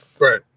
Right